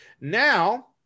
Now